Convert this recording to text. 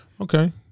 Okay